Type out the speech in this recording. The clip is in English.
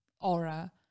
Aura